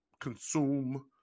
consume